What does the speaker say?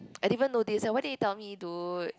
I didn't even notice eh why didn't you tell me dude